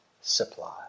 supply